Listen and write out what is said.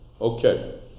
Okay